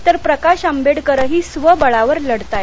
तर प्रकाश आंबेडकरही स्वबळावर लढत आहेत